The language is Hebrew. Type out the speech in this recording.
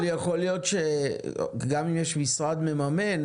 יכול להיות שגם אם יש משרד מממן,